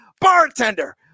bartender